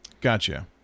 Gotcha